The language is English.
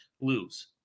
lose